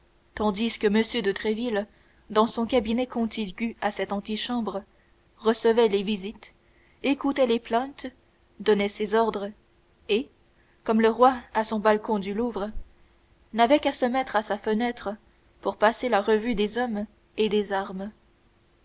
tandis que m de tréville dans son cabinet contigu à cette antichambre recevait les visites écoutait les plaintes donnait ses ordres et comme le roi à son balcon du louvre n'avait qu'à se mettre à sa fenêtre pour passer la revue des hommes et des armes